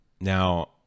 now